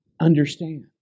Understand